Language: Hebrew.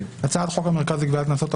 הצעת חוק המרכז לגביית קנסות,